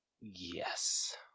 Yes